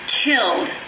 killed